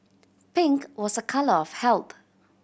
pink was a colour of health